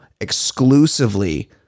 exclusively